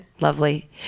Lovely